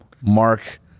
Mark